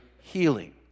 healing